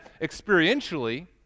experientially